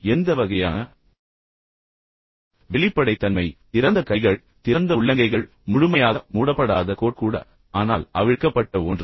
எனவே எந்த வகையான வெளிப்படைத்தன்மை திறந்த கைகள் திறந்த உள்ளங்கைகள் முழுமையாக மூடப்படாத கோட் கூட ஆனால் அவிழ்க்கப்பட்ட ஒன்று